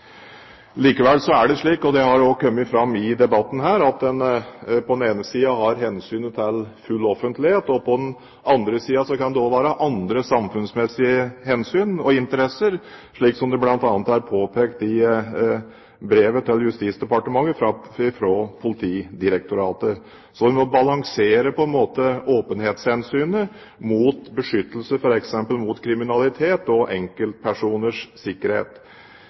Likevel er det slik, og det har også kommet fram i debatten her, at en på den ene siden har hensynet til full offentlighet, og på den andre siden kan det være andre samfunnsmessige hensyn og interesser, slik det bl.a. er påpekt i brevet til Justisdepartementet fra Politidirektoratet. Så en må på en måte balansere åpenhetshensynet mot beskyttelse mot f.eks. kriminalitet og enkeltpersoners sikkerhet.